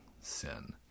sin